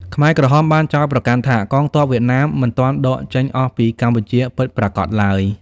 ខ្មែរក្រហមបានចោទប្រកាន់ថា កងទ័ពវៀតណាមមិនទាន់ដកចេញអស់ពីកម្ពុជាពិតប្រាកដឡើយ។